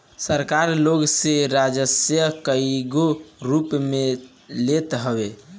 सरकार लोग से राजस्व कईगो रूप में लेत हवे